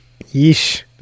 Yeesh